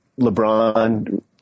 LeBron